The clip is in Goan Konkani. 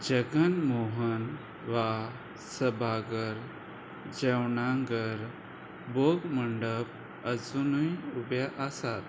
जगन मोहन वा सभागर जेवणांखर बोग मंडप अजुनूय उबें आसात